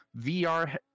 vr